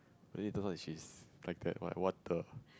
really don't know she is like that like what the